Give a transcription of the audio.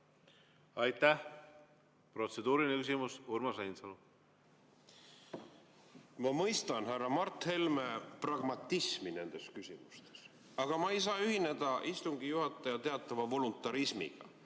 Aitäh! Protseduuriline küsimus, Urmas Reinsalu. Ma mõistan härra Mart Helme pragmatismi nendes küsimustes. Aga ma ei saa ühineda istungi juhataja teatava voluntarismiga